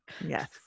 Yes